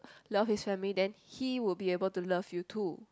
love his family then he will able to love you too